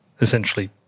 essentially